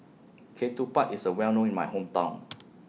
Ketupat IS A Well known in My Hometown